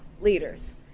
leaders